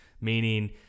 meaning